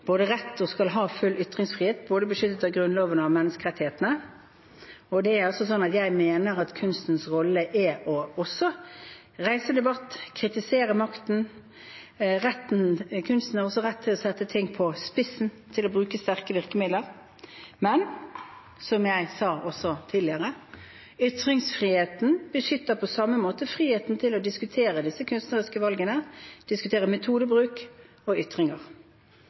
skal ha full ytringsfrihet beskyttet både av Grunnloven og av menneskerettighetene. Jeg mener at kunstens rolle er å reise debatt og kritisere makten. Kunsten har også rett til å sette ting på spissen og å bruke sterke virkemidler. Men som jeg også sa tidligere: Ytringsfriheten beskytter på samme måte friheten til å diskutere de kunstneriske valgene, diskutere metodebruk og ytringer.